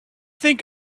think